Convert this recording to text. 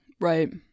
Right